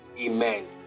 amen